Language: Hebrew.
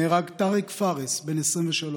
נהרג טארק פארס, בן 23,